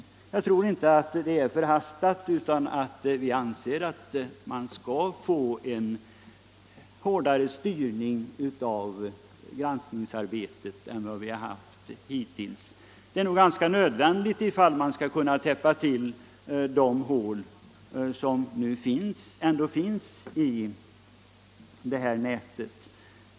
Vi tror emellertid inte att förslaget är förhastat, utan vi anser att man skall ha en hårdare styrning av granskningsarbetet än vad vi har haft hittills. Det är nog ganska nödvändigt om de hål som ändå finns skall kunna täppas till.